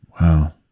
Wow